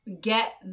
get